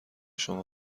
شما